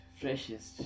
freshest